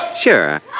Sure